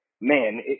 man